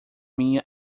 minha